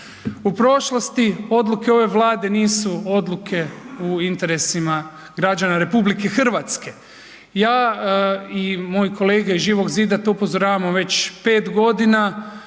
U prošlosti odluke ove Vlade nisu odluke u interesima građana Republike Hrvatske. Ja i moje kolege iz Živog zida to upozoravamo već 5 godina.